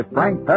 Frank